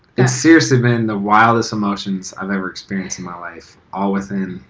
it's seriously been the wildest emotions i've ever experienced in my life all within